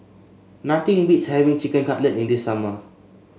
nothing beats having Chicken Cutlet in the summer